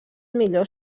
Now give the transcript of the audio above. millor